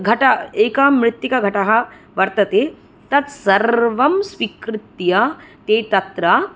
घट एका मृत्तिकाघटः वर्तते तत् सर्वं स्वीकृत्य ते तत्र